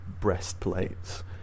breastplates